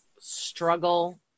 struggle